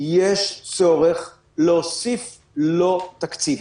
יש צורך להוסיף לו תקציב.